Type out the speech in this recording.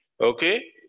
Okay